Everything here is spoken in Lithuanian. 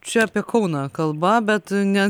čia apie kauną kalba bet ne